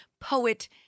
poet